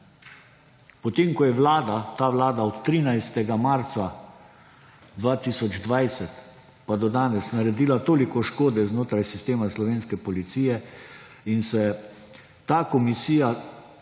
Potem ko je Vlada, ta vlada, od 13. marca 2020 pa do danes naredila toliko škode znotraj sistema slovenske policije in se ta komisija